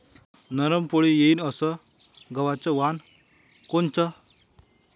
नरम पोळी येईन अस गवाचं वान कोनचं?